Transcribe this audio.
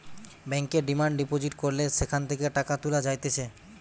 ব্যাংকে demand deposit করলে সেখান থেকে টাকা তুলা যাইতেছে